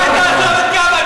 אולי תעזוב את גבאי,